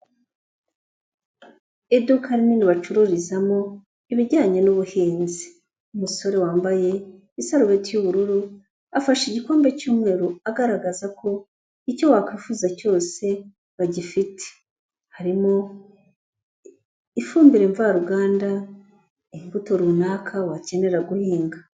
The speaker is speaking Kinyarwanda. Iduka rinini bacururizamo ibijyanye n'ubuhinzi, umusore wambaye isarubeti y'ubururu, afashe igikombe cy'umweru agaragaza ko icyo wa kwifuza cyose bagifite, harimo ifumbire mvaruganda, imbuto runaka wakenera guhinga.